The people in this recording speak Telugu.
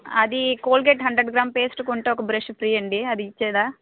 అది కోల్గేట్ హండ్రెడ్ గ్రామ్స్ పేస్ట్ కొంటే ఒక బ్రష్ ఫ్రీ అండి అది ఇచ్చేదా